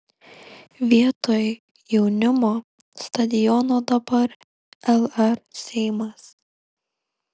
vietoj jaunimo stadiono dabar lr seimas